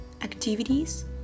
activities